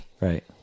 Right